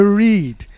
read